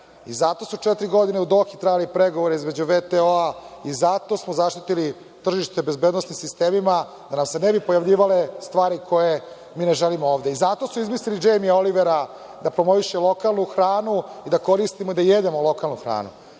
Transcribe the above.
Zato su četiri godine u Dohi trajali pregovori između VTO-a i zato smo zaštitili tržište bezbednosnim sistemima, da nam se ne bi pojavljivale stvari koje mi ne želimo ovde. Zato su izmislili Džejmija Olivera da promoviše lokalnu hranu i da koristimo i da jedemo lokalnu hranu.